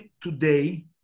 today